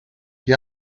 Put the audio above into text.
que